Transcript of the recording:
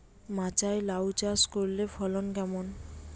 মাচায় লাউ চাষ করলে ফলন কেমন?